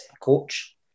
coach